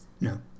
No